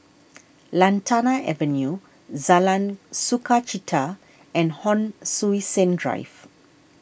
Lantana Avenue Sukachita and Hon Sui Sen Drive